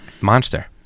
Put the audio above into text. Monster